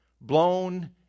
blown